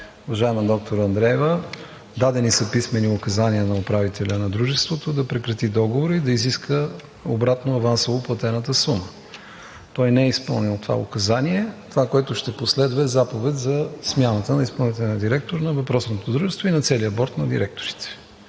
Уважаема доктор Андреева, дадени са писмени указания на управителя на дружеството да прекрати договора и да изиска обратно авансово платената сума. Той не е изпълнил това указание. Това, което ще последва, е заповед за смяната на изпълнителния директор на въпросното дружество и на целия борд на директорите.